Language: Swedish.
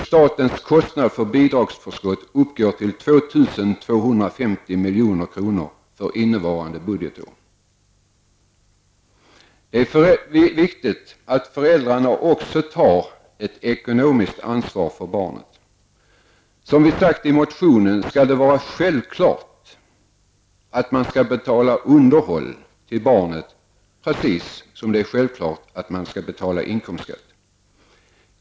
Statens kostnad för bidragsförskott uppgår till 2 250 milj.kr. för innevarande budgetår. Det är viktigt att föräldrarna också tar ett ekonomiskt ansvar för barnet. Som vi sagt i motionen skall det vara en självklarhet att man skall betala underhåll till barnet, precis som man självfallet skall betala inkomstskatt.